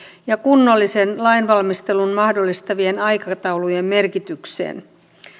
ja kunnollisen lainvalmistelun mahdollistavien aikataulujen merkitykseen